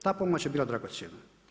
Ta pomoć je bila dragocjena.